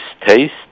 taste